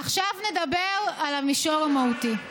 עכשיו נדבר על המישור המהותי.